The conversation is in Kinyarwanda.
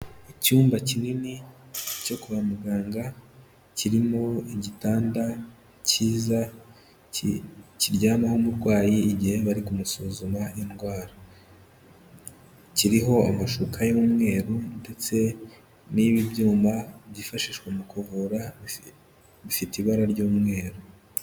Icyumba kinini cyo kwa muganga kirimo igitanda cyiza kiryamaho umurwayi igihe bari kumusuzuma indwara, kiriho amashuka y'umweru ndetse n'ibyuma byifashishwa mu kuvura bifite ibara ry'umweru.